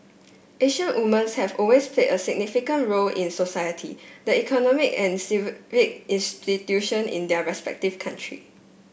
Asian woman have always play a significant role in society the economy and institution in their respective country